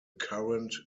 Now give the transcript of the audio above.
current